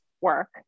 work